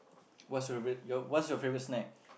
what's your what's your favorite snack